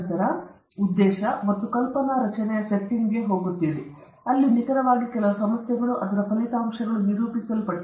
ನಂತರ ಉದ್ದೇಶ ಮತ್ತು ಕಲ್ಪನಾ ರಚನೆಯ ಸೆಟ್ಟಿಂಗ್ಗೆ ನಾವು ಹೋಗುತ್ತೇವೆ ಅಲ್ಲಿ ನಿಖರವಾಗಿ ಕೆಲವು ಸಮಸ್ಯೆಗಳು ಮತ್ತು ಅದರ ಫಲಿತಾಂಶವು ನಿರೂಪಿಸಲ್ಪಟ್ಟಿದೆ